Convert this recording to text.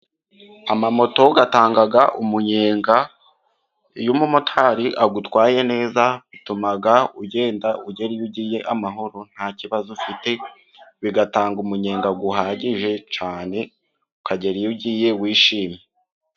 Amamoto atanga umunyenga, iyo umumotari agutwaye neza bitumaga ugenda ugera iyo ugiye amahoro nta kibazo ufite. Bigatanga umunyenga uhagije cyane ukagera iyo ugiye wishimye.